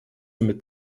mit